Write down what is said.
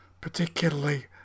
particularly